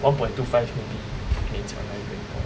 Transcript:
one point two five maybe 勉强还可以的